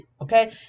okay